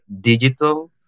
digital